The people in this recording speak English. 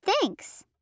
Thanks